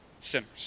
Sinners